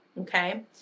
okay